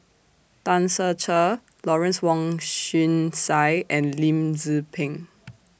Tan Ser Cher Lawrence Wong Shyun Tsai and Lim Tze Peng